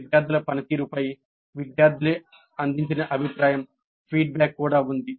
విద్యార్థుల పనితీరుపై విద్యార్థులే అందించిన అభిప్రాయం కూడా ఉంది